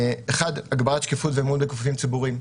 דבר אחד, הגברת שקיפות ואמון בגופים ציבוריים.